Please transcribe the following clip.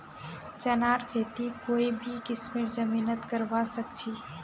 चनार खेती कोई भी किस्मेर जमीनत करवा सखछी